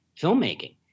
filmmaking